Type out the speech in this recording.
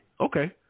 Okay